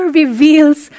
reveals